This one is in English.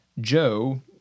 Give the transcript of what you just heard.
joe